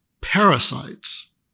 parasites